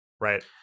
right